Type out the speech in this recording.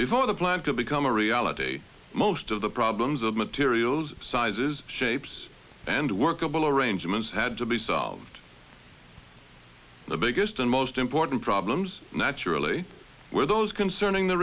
before the plant could become a reality most of the problems of materials sizes shapes and workable arrangements had to be solved the biggest and most important problems naturally were those concerning the